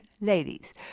ladies